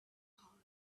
heart